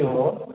के हो